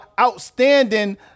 outstanding